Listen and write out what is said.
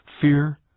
Fear